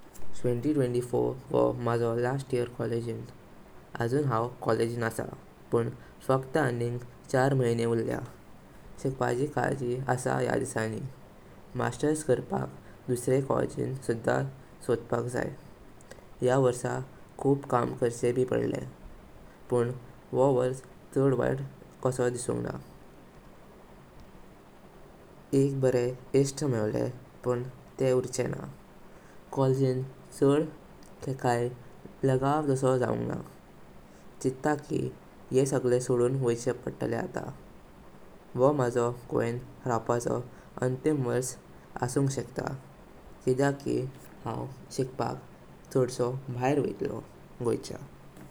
Twenty twenty four वोह माझो last year कॉलेजिन। आजून हांव कॉलेजिन आस, पण फ्लॅट आनीग चार महीने उरल्यां। शिकपाची जर्जि आसा या दिसाणि। मास्टर'स кўर्पाक दुसरे कॉलेज सुद्धा सोडपाक जाई। या वर्ष खूप काम करचेंभी पडलें। पण वोह वर्ष चड वाईत कशे दिसूँगना। एक बरे इश्त मेव्हले पण तेह उर्चेना। कॉलेजिन चड खेकाई लागांव जासो जावूँगना। चिता कि येह सगळे सोडून वैचे पडलें आता। वोह माझो गोवें रावपाचो अन्तिम वर्ष असुंग शेकता किड्क्य कि शिकपक हांव चडसो बाहेर वैत्सलो गोएचा।